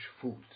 food